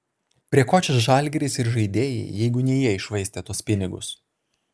prie ko čia žalgiris ir žaidėjai jeigu ne jie iššvaistė tuos pinigus